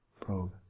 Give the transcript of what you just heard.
Probe